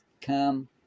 come